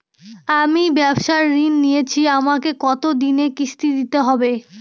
আমি ব্যবসার ঋণ নিয়েছি আমাকে কত করে কিস্তি দিতে হবে?